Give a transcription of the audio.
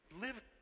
live